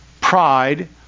Pride